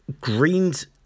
Greens